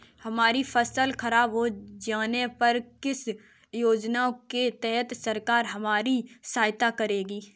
हमारी फसल खराब हो जाने पर किस योजना के तहत सरकार हमारी सहायता करेगी?